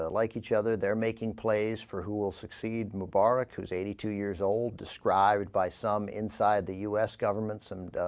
ah like each other they're making plays for who will succeed mubarak whose eighty two years old described by some inside the u s governments and ah.